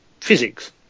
physics